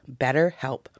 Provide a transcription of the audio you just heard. BetterHelp